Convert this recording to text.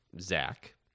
Zach